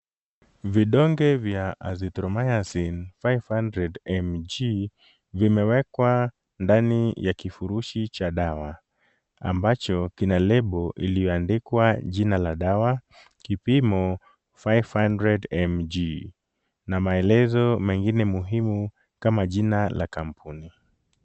Vidonge vya azithromycin five hundred Mg vimewekwa ndani ya kifurushi cha dawa, ambacho kina lebo iliyoandikwa jina la dawa, kipimo five hundred Mg na maelezo mengine muhimu kama jina la kampuni.